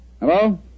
Hello